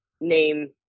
name